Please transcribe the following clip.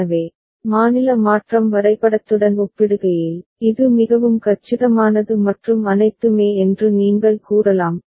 எனவே மாநில மாற்றம் வரைபடத்துடன் ஒப்பிடுகையில் இது மிகவும் கச்சிதமானது மற்றும் அனைத்துமே என்று நீங்கள் கூறலாம்